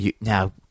Now